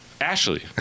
Ashley